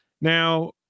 Now